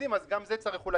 כן.